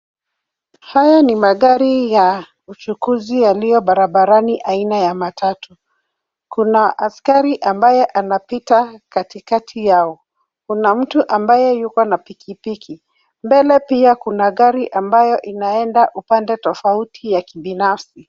Haya ni magari ya uchukuzi yaliyo barabarani aina ya matatu. Kuna askari ambaye anapita katikati yao ,kuna mtu ambaye yuko na pikipiki mbele pia kuna gari ambayo inaenda upande tofauti ya kibinafsi.